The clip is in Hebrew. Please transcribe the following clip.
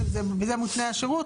זה בעצם בזה מותנה השירות.